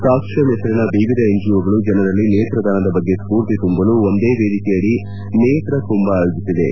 ಸಾಕ್ಷಂ ಹೆಸರಿನಡಿ ವಿವಿಧ ಎನ್ಜಿಒಗಳು ಜನರಲ್ಲಿ ನೇತ್ರದಾನದ ಬಗ್ಗೆ ಸ್ಪೂರ್ತಿ ತುಂಬಲು ಒಂದೇ ವೇದಿಕೆಯಡಿ ನೇತ್ರ ಕುಂಭ ಆಯೋಜಿಸಿವೆ